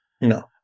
No